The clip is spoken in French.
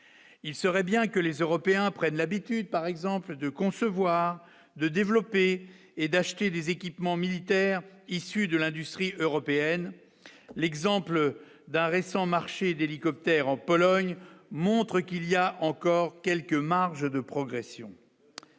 il serait bien que les Européens prennent l'habitude par exemple de concevoir, de développer et d'acheter des équipements militaires issus de l'industrie européenne l'exemple d'un récent marché d'hélicoptères en Pologne, montrent qu'il y a encore quelques marges de progression